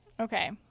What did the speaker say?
Okay